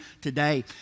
today